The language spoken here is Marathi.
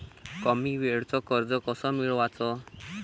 कमी वेळचं कर्ज कस मिळवाचं?